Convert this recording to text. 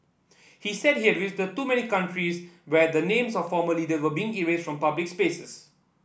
he said he had visited too many countries where the names of former leader were being erased from public places